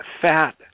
fat